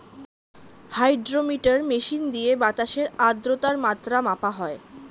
hydrometer machine দিয়ে বাতাসের আদ্রতার মাত্রা মাপা হয়